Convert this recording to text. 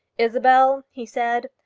isabel, he said,